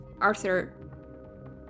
Arthur